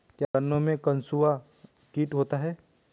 क्या गन्नों में कंसुआ कीट होता है?